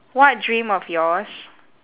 what dream of yours